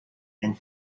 and